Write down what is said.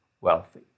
wealthy